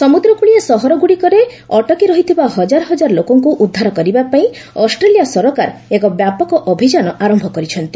ସମୁଦ୍ରକୂଳିଆ ସହରଗୁଡ଼ିକରେ ଅଟକି ରହିଥିବା ହଜାର ହଜାର ଲୋକଙ୍କୁ ଉଦ୍ଧାର କରିବାପାଇଁ ଅଷ୍ଟ୍ରେଲିଆ ସରକାର ଏକ ବ୍ୟାପକ ଅଭିଯାନ ଆରମ୍ଭ କରିଛନ୍ତି